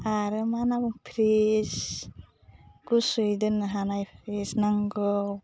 आरो मा नांगौ फ्रिस गुसुयै दोननो हानाय फ्रिस नांगौ